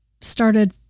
started